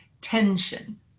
Tension